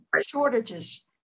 shortages